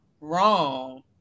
wrong